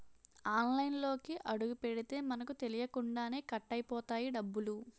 ఆన్లైన్లోకి అడుగుపెడితే మనకు తెలియకుండానే కట్ అయిపోతాయి డబ్బులు